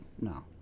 no